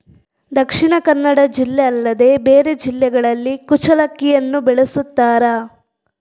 ದಕ್ಷಿಣ ಕನ್ನಡ ಜಿಲ್ಲೆ ಅಲ್ಲದೆ ಬೇರೆ ಜಿಲ್ಲೆಗಳಲ್ಲಿ ಕುಚ್ಚಲಕ್ಕಿಯನ್ನು ಬೆಳೆಸುತ್ತಾರಾ?